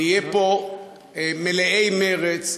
נהיה פה מלאי מרץ,